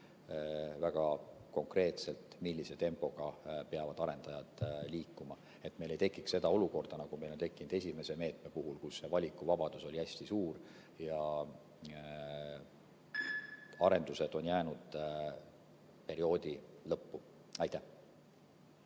väga konkreetne graafik, millise tempoga peavad arendajad liikuma, et meil ei tekiks olukorda, nagu meil on tekkinud esimese meetme puhul, kus see valikuvabadus oli hästi suur ja arendused on jäänud perioodi lõppu. Aitäh!